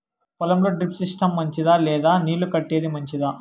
పొలం లో drip system మంచిదా లేదా నీళ్లు కట్టేది మంచిదా?